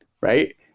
right